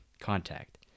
contact